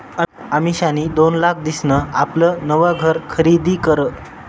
अमिषानी दोन लाख दिसन आपलं नवं घर खरीदी करं